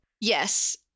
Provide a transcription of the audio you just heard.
Yes